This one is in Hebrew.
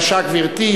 בבקשה, גברתי.